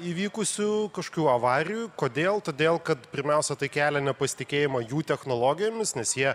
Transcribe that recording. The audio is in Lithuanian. įvykusių kažkokių avarijų kodėl todėl kad pirmiausia tai kelia nepasitikėjimą jų technologijomis nes jie